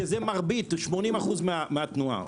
שזה 80% מהתנועה,